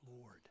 Lord